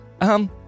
Um